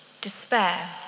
despair